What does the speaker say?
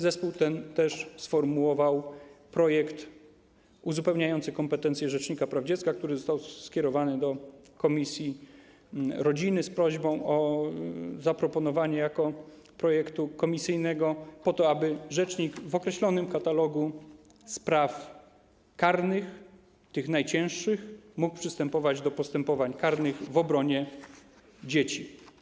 Zespół ten też przygotował projekt uzupełniający kompetencje rzecznika praw dziecka, który został skierowany do komisji rodziny z prośbą o zaproponowanie jako projektu komisyjnego po to, aby rzecznik w określonym katalogu spraw karnych, tych najcięższych, mógł przystępować do postępowań karnych w obronie dzieci.